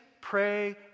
pray